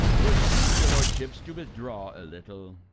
will t please your lordships to withdraw a little?